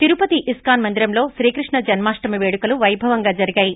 Tirupati ISKCON మందిరంలో శ్రీకృష్ణ జన్మాష్ణమి వేడుకలు వైభవంగా జరిగాయి